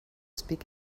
speak